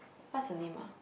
what's the name ah